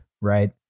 right